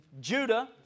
Judah